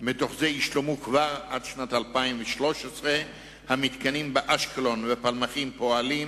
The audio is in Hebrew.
מהם תושלם כבר עד שנת 2013. המתקנים באשקלון ובפלמחים פועלים,